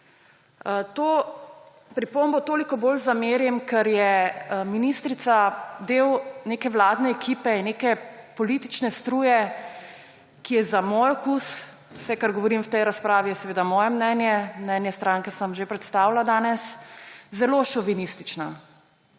To pripombo toliko bolj zamerim, ker je ministrica del neke vladne ekipe, neke politične struje, ki je za moj okus – vse, kar govorim v tej razpravi, je seveda moje mnenje, mnenje stranke sem že predstavila danes – zelo šovinistična.